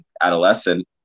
adolescent